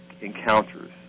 encounters